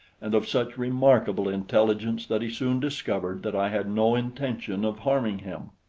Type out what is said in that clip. and of such remarkable intelligence that he soon discovered that i had no intention of harming him.